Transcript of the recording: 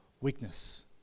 weakness